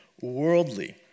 worldly